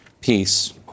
peace